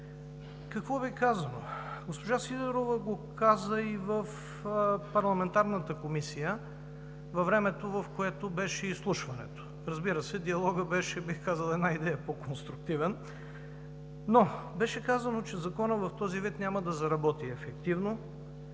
Какво Ви е казано? Госпожа Сидорова го каза и в парламентарната комисия във времето, в което беше изслушването. Разбира се, диалогът беше, бих казал, една идея по-конструктивен. Но беше казано, че Законът в този вид няма да заработи ефективно,